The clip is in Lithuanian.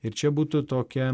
ir čia būtų tokia